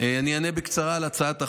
אני אענה בקצרה על הצעת החוק.